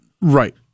Right